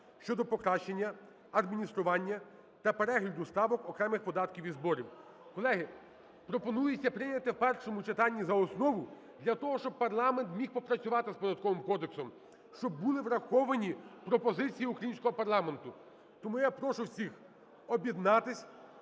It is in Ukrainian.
щодо покращення адміністрування та перегляду ставок окремих податків і зборів. Колеги, пропонується прийняти в першому читанні за основу для того, щоб парламент міг попрацювати з Податковим кодексом, щоб були враховані пропозиції українського парламенту. Тому я прошу всіх об'єднатись,